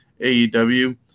AEW